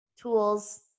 tools